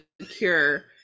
secure